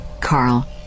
Carl